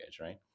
right